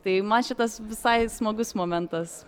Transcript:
tai man šitas visai smagus momentas